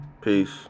Peace